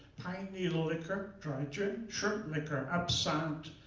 pine-needle liquor, dry gin, shrimp liquor, absinthe,